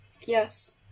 Yes